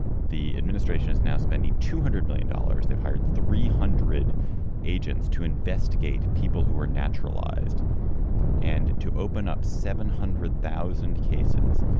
the administration is now spending two hundred million dollars. they've hired three hundred agents to investigate people who are naturalized and to open up seven hundred thousand cases.